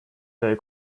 they